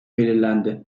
belirlendi